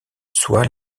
soit